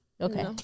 okay